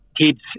kids